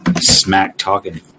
Smack-talking